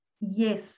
yes